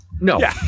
No